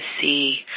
see